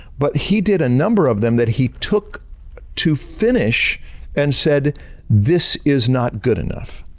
but he did a number of them that he took to finish and said this is not good enough.